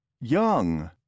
Young